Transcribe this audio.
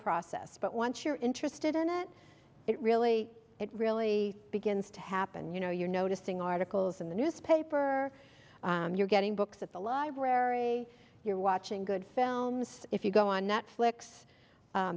process but once you're interested in it it really it really begins to happen you know you're noticing articles in the newspaper you're getting books at the library you're watching good films if you go on